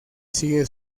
sigue